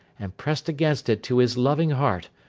and pressed against it to his loving heart!